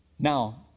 Now